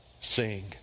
sing